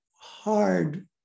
hard